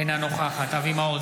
אינה נוכחת אבי מעוז,